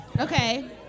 Okay